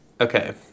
Okay